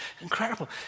incredible